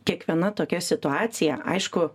kiekviena tokia situacija aišku